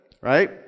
right